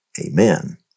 amen